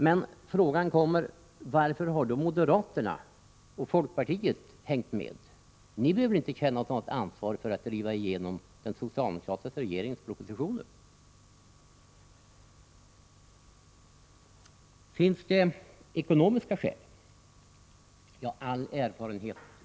Men man frågar sig: Varför har moderaterna och folkpartisterna hängt med? Ni behöver ju inte känna något ansvar för att driva igenom den socialdemokratiska regeringens propositioner. Är det ekonomiska skäl som ligger bakom?